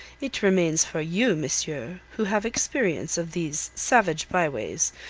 it remains for you, monsieur, who have experience of these savage by-ways,